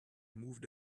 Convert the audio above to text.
moved